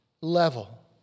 level